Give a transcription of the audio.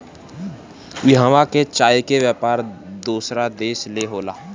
इहवां के चाय के व्यापार दोसर देश ले होला